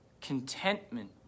contentment